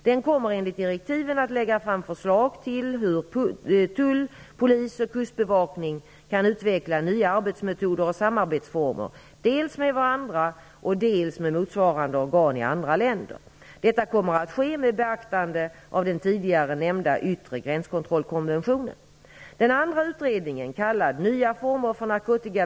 Den kommer enligt direktiven att lägga fram förslag till hur tull, polis och kustbevakning kan utveckla nya arbetsmetoder och samarbetsformer, dels med varandra, dels med motsvarande organ i andra länder. Detta kommer att ske med beaktande av den tidigare nämnda yttre gränskontrollkonventionen.